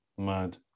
Mad